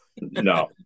No